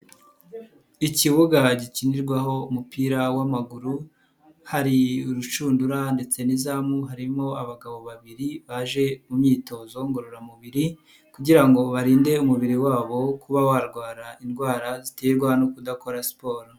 Ikibuga hagikinirwaho umupira w'amaguru hari urushundura ndetse n'izamu harimo abagabo babiri baje mu myitozo ngororamubiri kugira ngo barinde umubiri wabo kuba warwara indwara ziterwa no kudakora siporo.